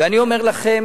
ואני אומר לכם,